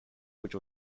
which